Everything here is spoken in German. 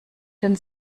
den